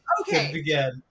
Okay